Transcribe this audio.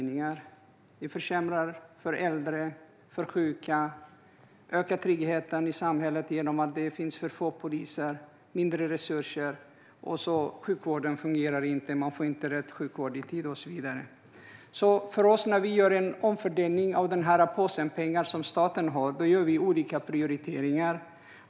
Ni försämrar för äldre och för sjuka, ni minskar tryggheten i samhället genom att det finns för få poliser, och ni avsätter mindre resurser. Sjukvården fungerar inte; man får inte rätt sjukvård i tid och så vidare. Vi vill göra en omfördelning av den påse pengar som staten har genom olika prioriteringar.